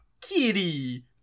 kitty